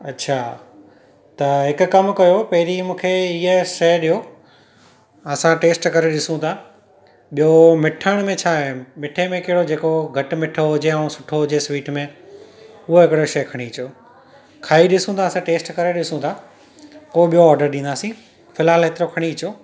अच्छा त हिकु कमु कयो पहिरीं मूंखे हीअ शइ ॾियो असां टेस्ट करे ॾिसूं था ॿियों मिठाण में छा आहे मिठे में कहिड़ो जेको घटि मिठो हुजे ऐं सुठो हुजे स्वीट में उहा बि शइ खणी अचो खाई ॾिसूं था असां टेस्ट करे ॾिसूं था पोइ ॿियों ऑडर ॾींदासीं फ़िलहालु हेतिरो खणी अचो